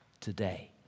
today